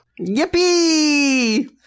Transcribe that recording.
yippee